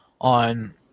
on